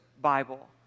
Bible